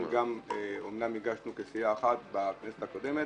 אומנם הגשנו כסיעה אחת בכנסת הקודמת,